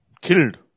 Killed